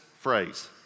phrase